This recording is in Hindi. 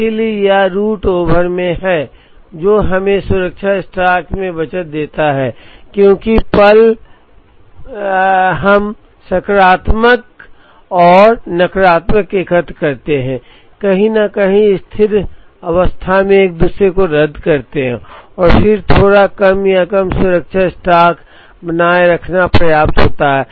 इसलिए यह रूट ओवर में है जो हमें सुरक्षा स्टॉक में बचत देता है क्योंकि पल हम सकारात्मक और नकारात्मक एकत्र करते हैं कहीं न कहीं स्थिर अवस्था में एक दूसरे को रद्द करते हैं और फिर थोड़ा कम या कम सुरक्षा स्टॉक रखना पर्याप्त होता है